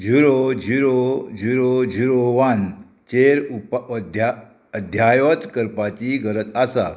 zero zero zero zero one चेर उप अध्या अध्यावत करपाची गरज आसा